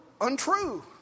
untrue